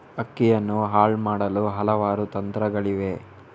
ಅಕ್ಕಿಯನ್ನು ಹಲ್ ಮಾಡಲು ಹಲವಾರು ತಂತ್ರಗಳಿವೆ